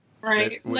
Right